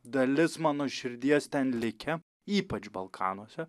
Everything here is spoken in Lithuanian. dalis mano širdies ten likę ypač balkanuose